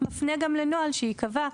ומפנה גם לנוהל שייקבע,